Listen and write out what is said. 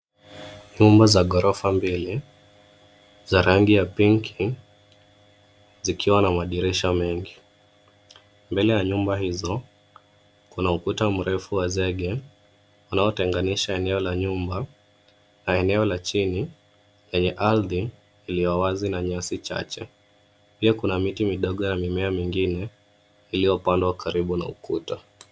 Nyumba za gorofa mbili za rangi ya pinki zikiwa na madirisha mengi. Mbele ya nyumba hizo kuna ukuta mrefu wa zege unaotenganisha eneo la nyumba na eneo la chini lenye ardhi iliyo wazi na nyasi chache. Pia kuna miti midogo ya mimea mingine iliyopandwa karibu na ukuta.